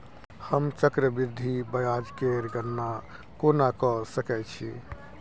हम चक्रबृद्धि ब्याज केर गणना कोना क सकै छी